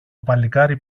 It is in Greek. παλικάρι